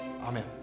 Amen